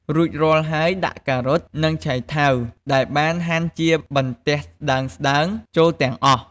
រួចរាល់ហើយដាក់ការ៉ុត និងឆៃថាវដែលបានហាន់ជាបន្ទះស្តើងៗចូលទាំងអស់។